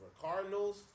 Cardinals